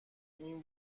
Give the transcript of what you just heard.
این